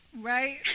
Right